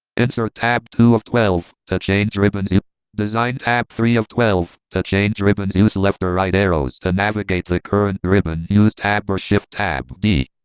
insert, tab, two of twelve to change ribbons, design tab three of twelve, to change ribbons use left or right arrows to navigate the current ribbon, use tab or shift tab, d,